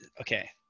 okay